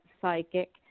psychic